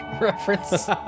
reference